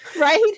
Right